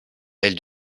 elle